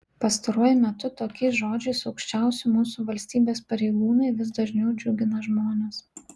pastaruoju metu tokiais žodžiais aukščiausi mūsų valstybės pareigūnai vis dažniau džiugina žmones